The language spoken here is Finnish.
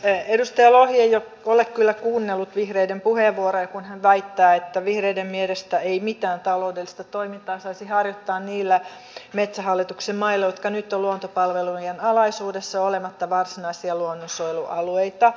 edustaja lohi ei ole kyllä kuunnellut vihreiden puheenvuoroja kun hän väittää että vihreiden mielestä ei mitään taloudellista toimintaa saisi harjoittaa niillä metsähallituksen mailla jotka nyt ovat luontopalvelujen alaisuudessa olematta varsinaisia luonnonsuojelualueita